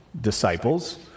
disciples